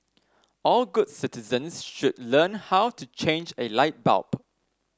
all good citizens should learn how to change a light bulb